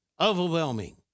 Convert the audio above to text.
overwhelming